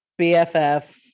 bff